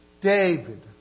David